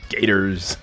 Gators